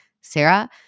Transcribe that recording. Sarah